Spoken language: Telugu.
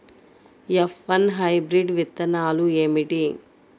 ఎఫ్ వన్ హైబ్రిడ్ విత్తనాలు ఏమిటి?